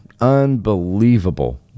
unbelievable